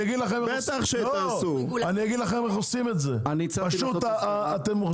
אני אגיד לכם איך עושים את זה: אתם פשוט